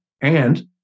and-